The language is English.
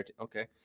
Okay